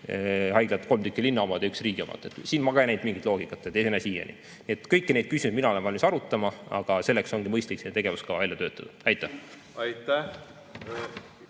haiglatest kolm tükki on linna omad ja üks on riigi oma. Siin ma ka ei näinud mingit loogikat, ei näe siiani. Kõiki neid küsimusi mina olen valmis arutama, aga selleks ongi mõistlik see tegevuskava välja töötada. Aitäh!